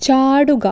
ചാടുക